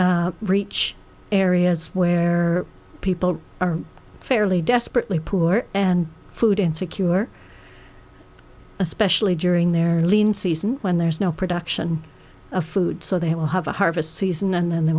reach areas where people are fairly desperately poor and food insecure especially during their lean season when there's no production of food so they will have a harvest season and then they